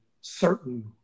certain